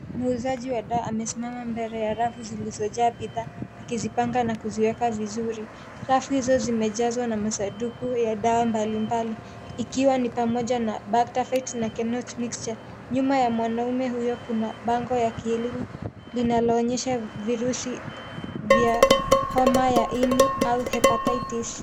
Muuzaji wa dawa amesimama mbele ya rafu zilizojaa bidhaa akizipanga na kuziweka vizuri. Rafu hizo zimejazwa na masanduku ya dawa mbalimbali ikiwa ni pamoja na Bakta Fight na Kenoch Mixture. Nyuma ya mwanamume huyo kuna bango ya kielimu linaloonyesha virusi vya homa ya ini au Hepatitis